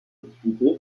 diffusée